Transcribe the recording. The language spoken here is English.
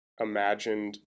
imagined